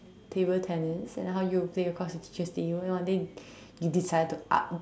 table tennis and then how you play across the teacher's table and one day you decided to up